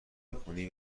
بخونی